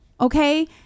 okay